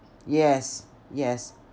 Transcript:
yes yes